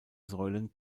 säulen